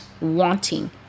wanting